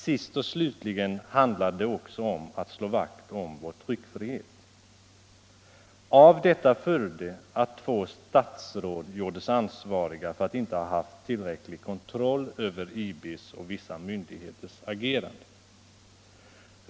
Sist och slutligen handlade det också om att slå vakt om vår tryckfrihet. Av detta följde att två statsråd gjordes ansvariga för att inte ha haft tillräcklig kontroll över IB:s och vissa myndigheters agerande.